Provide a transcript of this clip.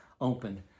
opened